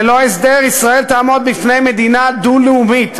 ללא הסדר ישראל תעמוד בפני מדינה דו-לאומית.